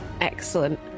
Excellent